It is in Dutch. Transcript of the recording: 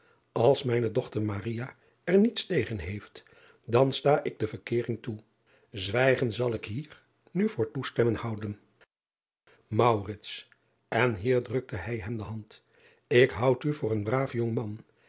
als mijne dochter er niets tegen heeft dan sta ik de verkeering toe wijgen zal ik hier nu voor toestemmen houden driaan oosjes zn et leven van aurits ijnslager en hier drukte hij hem de hand k houd u voor een braaf jongman